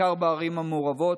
ובעיקר בערים המעורבות,